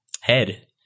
head